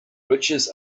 riches